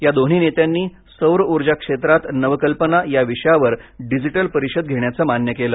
या दोन्ही नेत्यांनी सौर उर्जा क्षेत्रात नवकल्पना या विषयावर डिजिटल परिषद घेण्याचे मान्य केलं